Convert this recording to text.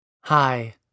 Hi